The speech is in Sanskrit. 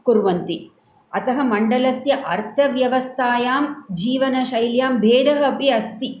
कुर्वन्ति अतः मण्डलस्य अर्थव्यवस्थायां जीवनशैल्यां भेदः अपि अस्ति